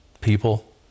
people